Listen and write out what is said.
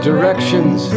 directions